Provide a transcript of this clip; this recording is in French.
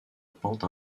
pente